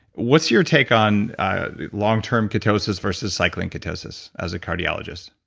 what's your take on long-term ketosis versus cycling ketosis as a cardiologist?